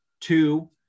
Two